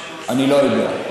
אני לא יודע.